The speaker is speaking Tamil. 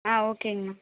ஆ ஓகேங்கம்மா